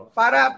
para